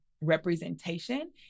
representation